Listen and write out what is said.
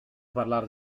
parlar